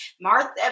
Martha